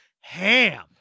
ham